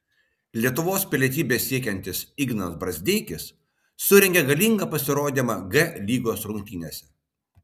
lietuvos pilietybės siekiantis ignas brazdeikis surengė galingą pasirodymą g lygos rungtynėse